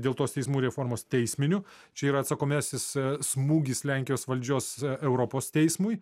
dėl to teismų reformos teisminių čia yra atsakomasis smūgis lenkijos valdžios europos teismui